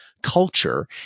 culture